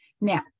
Now